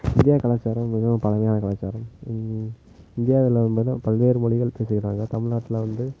India கலாச்சாரம் மிகவும் பழமையான கலாச்சாரம் இந்தியாவில் மிகவும் பல்வேறு மொழிகள் பேசுகிறாங்க தமிழ்நாட்டுல வந்து